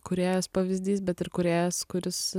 kūrėjas pavyzdys bet ir kūrėjas kuris